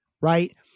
right